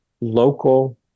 local